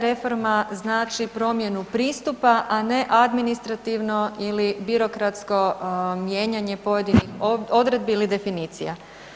Reforma znači promjenu pristupa, a ne administrativno ili birokratsko mijenjanje pojedinih odredbi ili definicija.